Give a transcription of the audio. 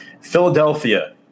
Philadelphia